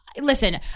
Listen